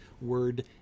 word